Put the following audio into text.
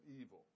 evil